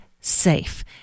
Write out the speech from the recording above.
safe